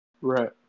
Right